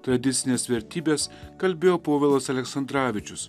tradicines vertybes kalbėjo povilas aleksandravičius